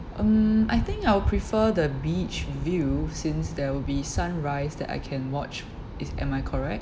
um I think I'll prefer the beach view since there will be sunrise that I can watch is am I correct